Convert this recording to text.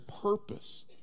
purpose